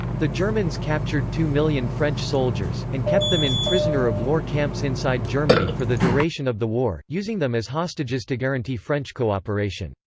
the germans captured two million french soldiers, and kept them in prisoner of war camps inside germany for the duration of the war, using them as hostages to guarantee french cooperation.